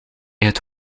het